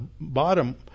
bottom